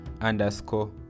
underscore